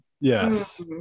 Yes